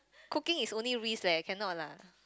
cooking is only wrist leh cannot lah